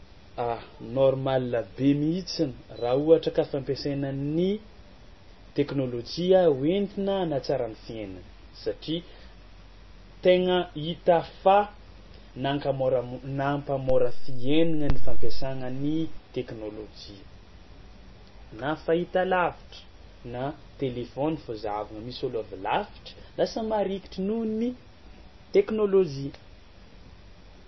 Aoa, nôrmala be mihitsiny raha ka fampiasaina ny teknôlôjia ho entina hanatsara ny fiaignana satria tegna hita fa mankamôramo- nampahamôra fiaignana ny fampiasana ny teknôlôjia, na fahitalavitra na telefaony fao zahavagna, misy ôlo avy lavitra lasa marikitry nohon'ny teknôlôjia.